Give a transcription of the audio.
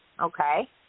okay